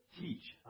teach